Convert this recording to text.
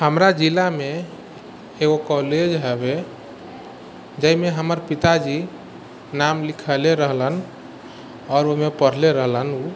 हमरा जिलामे एगो कॉलेज हैबे जाहिमे हमर पिताजी नाम लिखैले रहलन आओर ओहिमे पढ़ले रहलन ओ